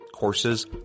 courses